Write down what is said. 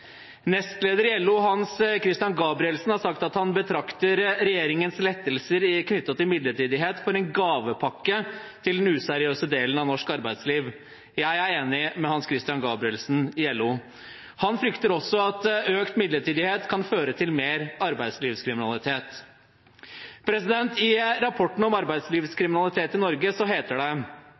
Nestleder i LO Hans Christian Gabrielsen har sagt at han betrakter regjeringens lettelser knyttet til midlertidighet som en gavepakke til den useriøse delen av norsk arbeidsliv. Jeg er enig med Hans Christian Gabrielsen i LO. Han frykter også at økt midlertidighet kan føre til mer arbeidslivskriminalitet. I rapporten om arbeidslivskriminalitet i Norge heter det: